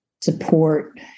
support